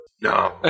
No